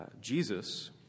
Jesus